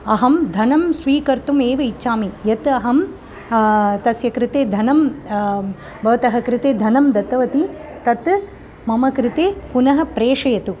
अहं धनं स्वीकर्तुम् एव इच्छामि यत् अहं तस्य कृते धनं भवतः कृते धनं दत्तवती तत् मम कृते पुनः प्रेषयतु